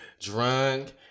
Drunk